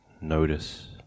notice